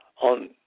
on